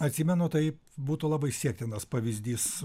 atsimenu taip būtų labai siektinas pavyzdys